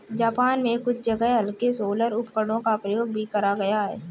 Japan में कुछ जगह हल्के सोलर उपकरणों का प्रयोग भी करा गया था